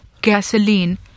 gasoline